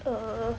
err